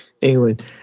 England